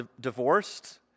divorced